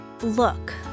Look